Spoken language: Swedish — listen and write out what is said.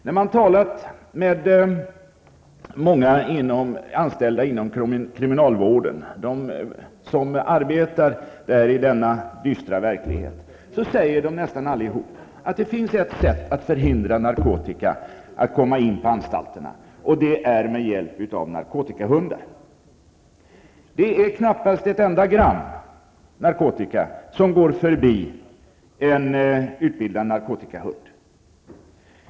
När jag har talat med många anställda inom kriminalvården, som arbetar i denna dystra verklighet, säger de nästan allihop att det finns ett sätt att förhindra att narkotika kommer in på anstalter, och det är att använda sig av narkotikahundar. Knappast ett enda gram narkotika går förbi en utbildad narkotikahund.